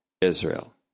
Israel